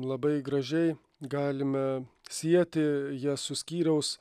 labai gražiai galime sieti jas su skyriaus